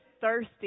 thirsty